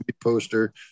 poster